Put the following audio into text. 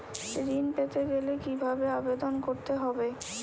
ঋণ পেতে গেলে কিভাবে আবেদন করতে হবে?